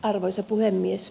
arvoisa puhemies